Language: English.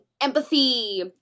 empathy